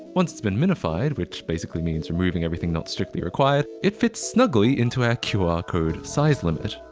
once it's been minified, which basically means removing everything not strictly required, it fits snugly into our qr code size limit.